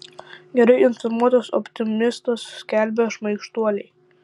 gerai informuotas optimistas skelbia šmaikštuoliai